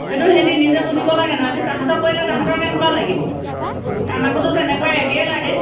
সেইটো সিহঁতি বুজিব লাগে নে আজি তাহাঁতক কলে তাহাঁতক কেনেকুৱা লাগিব আমাকোতো তেনেকুৱা একেই লাগে